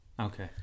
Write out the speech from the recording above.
Okay